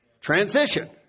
transition